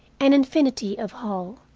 an infinity of hall,